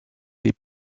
les